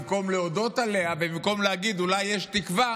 במקום להודות עליה ובמקום להגיד שאולי יש תקווה,